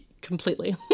completely